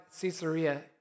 Caesarea